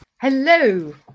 Hello